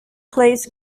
plays